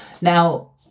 Now